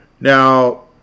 Now